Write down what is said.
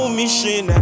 mission